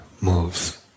moves